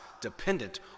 dependent